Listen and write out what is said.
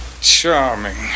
Charming